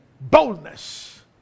boldness